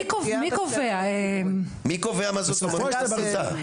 מי קובע מה זאת אמנות מסיתה?